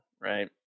right